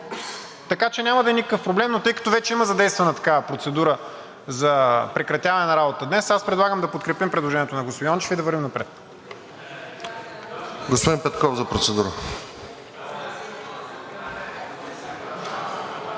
Така че няма да е никакъв проблем. Тъй като вече има задействана такава процедура за прекратяване на работата днес, аз предлагам да подкрепим предложението на господин Йончев и да вървим напред.